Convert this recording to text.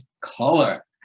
color